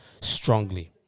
strongly